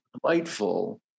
delightful